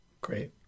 Great